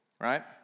right